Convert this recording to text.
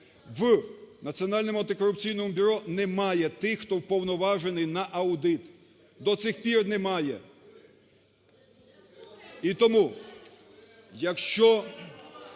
В Національному антикорупційному бюро немає тих, хто уповноважений на аудит. До сих пір немає. (Шум у